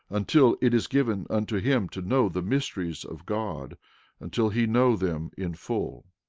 until it is given unto him to know the mysteries of god until he know them in full.